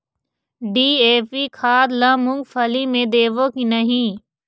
DAP खाद ला मुंगफली मे देबो की नहीं?